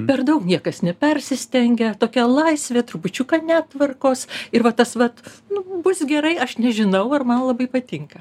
per daug niekas nepersistengia tokia laisvė trupučiuką netvarkos ir va tas vat nu bus gerai aš nežinau ar man labai patinka